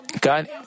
God